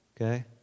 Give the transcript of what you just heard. okay